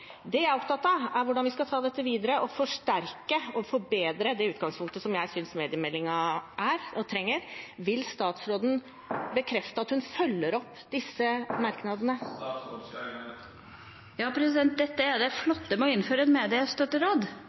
Det jeg er opptatt av, er hvordan vi skal ta dette videre og forsterke og forbedre det utgangspunktet som jeg synes mediemeldingen er – og trenger. Vil statsråden bekrefte at hun følger opp disse merknadene? Ja, dette er det flotte med å innføre